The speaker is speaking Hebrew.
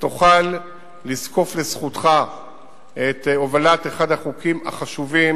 ותוכל לזקוף לזכותך את הובלת אחד החוקים החשובים,